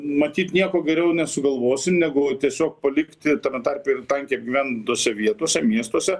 matyt nieko geriau nesugalvosi negu tiesiog palikti tame tarpe ir tankiai apgyvendintose vietose miestuose